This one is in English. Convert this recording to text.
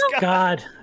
God